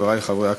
חברי חברי הכנסת,